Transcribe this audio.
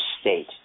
state